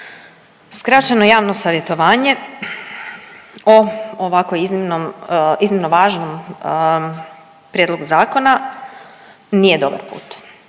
Skraćeno javno savjetovanje o ovako iznimno važnom prijedlogu zakona nije dobar put,